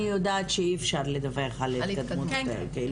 אני יודעת שאי אפשר לדווח על התקדמות בטיפול.